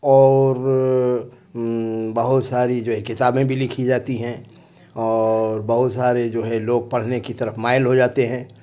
اور بہت ساری جو ہے کتابیں بھی لکھی جاتی ہیں اور بہت سارے جو ہے لوگ پڑھنے کی طرف مائل ہو جاتے ہیں